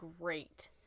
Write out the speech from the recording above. great